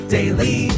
Daily